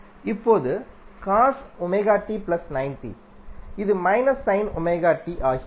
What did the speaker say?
இப்போதுஇது ஆகிவிடும்